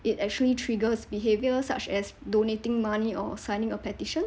it actually triggers behavior such as donating money or signing a petition